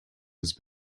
was